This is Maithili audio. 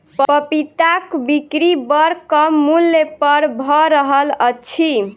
पपीताक बिक्री बड़ कम मूल्य पर भ रहल अछि